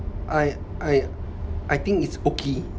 I I I think it's okay